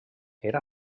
era